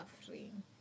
suffering